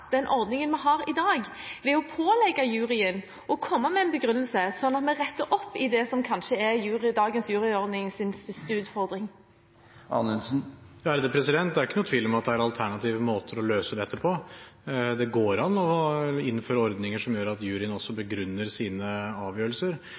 den ordningen vi har i dag ved å pålegge juryen å komme med en begrunnelse, slik at vi retter opp i det som kanskje er dagens juryordnings største utfordring? Det er ikke noen tvil om at det er alternative måter å løse dette på. Det går an å innføre ordninger som gjør at juryen også begrunner sine avgjørelser.